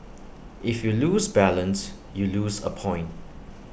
if you lose balance you lose A point